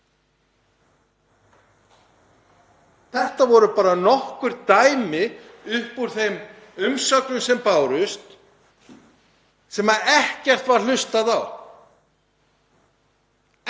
Þetta voru bara nokkur dæmi upp úr þeim umsögnum sem bárust sem ekkert var hlustað á, ekkert.